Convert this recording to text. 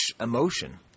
emotion